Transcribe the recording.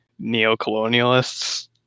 neocolonialists